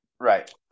right